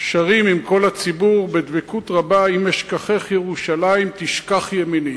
אליה אתם שרים עם כל הציבור בדבקות רבה "אם אשכחך ירושלים תשכח ימיני",